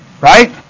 Right